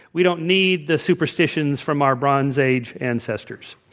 we don't need the superstitions from our bronze age ancestors.